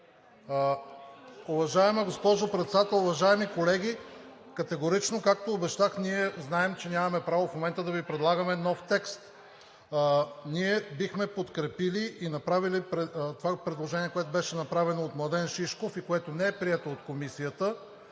Уважаема госпожо Председател, уважаеми колеги! Както обещах, ние категорично знаем, че нямаме право в момента да Ви предлагаме нов текст. Ние бихме подкрепили и направили това предложение, което беше направено от Младен Шишков и което не беше прието от Комисията.